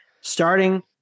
starting